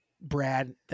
Brad